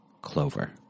Clover